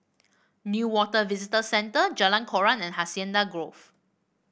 Newater Visitor Centre Jalan Koran and Hacienda Grove